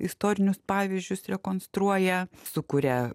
istorinius pavyzdžius rekonstruoja sukuria